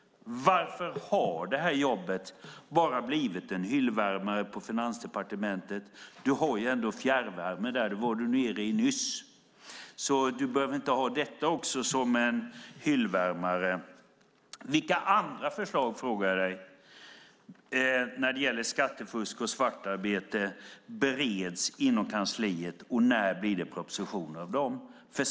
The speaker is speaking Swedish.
Varför har det här jobbet bara blivit en hyllvärmare på Finansdepartementet? Du har ändå fjärrvärme där. Det var du inne på nyss. Du behöver inte ha detta också som en hyllvärmare. Vilka andra förslag när det gäller skattefusk och svartarbete, frågar jag dig, bereds inom kansliet och när blir det proposition av dem?